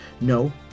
No